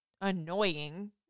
annoying